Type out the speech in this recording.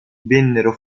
vennero